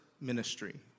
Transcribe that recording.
ministry